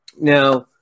Now